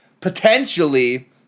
potentially